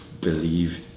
believe